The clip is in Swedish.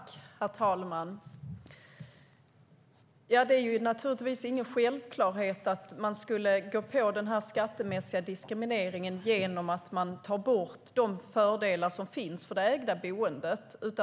Herr talman! Det är naturligtvis ingen självklarhet att gå på den skattemässiga diskrimineringen genom att ta bort de fördelar som finns för det ägda boendet.